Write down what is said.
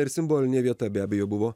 ir simbolinė vieta be abejo buvo